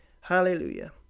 Hallelujah